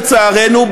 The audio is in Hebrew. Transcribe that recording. לצערנו,